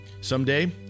someday